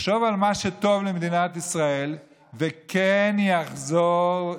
יחשוב על מה שטוב למדינת ישראל וכן יחזור,